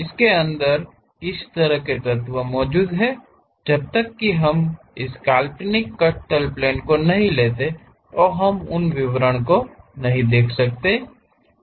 उसके अंदर किस तरह के तत्व मौजूद हैं जब तक कि हम इस काल्पनिक कट प्लेन को नहीं लेते हम उन विवरणों को नहीं देख सकते हैं